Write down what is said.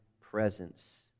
presence